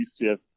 UCF